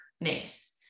names